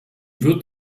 wird